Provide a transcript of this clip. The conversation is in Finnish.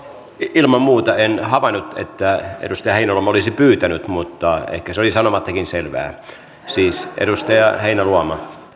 ilman muuta en havainnut että edustaja heinäluoma olisi pyytänyt mutta ehkä se oli sanomattakin selvää siis edustaja heinäluoma